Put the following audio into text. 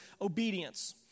obedience